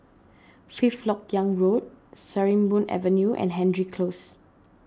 Fifth Lok Yang Road Sarimbun Avenue and Hendry Close